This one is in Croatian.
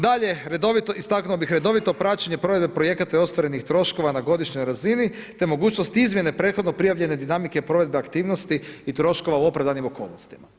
Dalje, istaknuo bi redovito praćenje provedbe projekata i ostvarenih troškova na godišnjoj razini, te mogućnost izmjene prethodno prijavljene dinamike provedbe aktivnosti i troškova u opravdanim okolnostima.